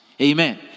Amen